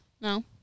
No